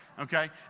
Okay